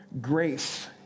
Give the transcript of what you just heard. grace